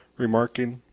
remarking,